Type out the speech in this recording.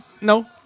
No